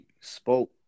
spoke